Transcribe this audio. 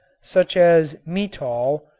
such as metol,